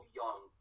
young